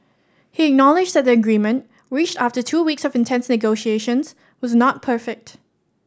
he acknowledged that the agreement reached after two weeks of intense negotiations was not perfect